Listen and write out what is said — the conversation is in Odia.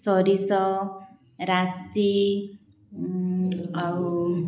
ସୋରିଷ ରାଶି ଆଉ